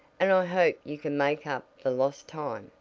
and i hope you can make up the lost time.